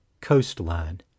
coastline